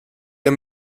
der